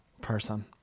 person